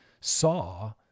saw